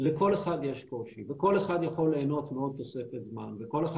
לכל אחד יש קושי וכל אחד יכול ליהנות מעוד תוספת זמן וכל אחד